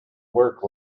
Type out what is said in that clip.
work